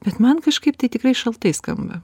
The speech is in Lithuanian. bet man kažkaip tai tikrai šaltai skamba